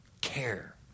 care